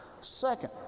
Second